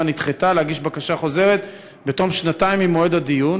נדחתה להגיש בקשה חוזרת בתום שנתיים ממועד הדיון,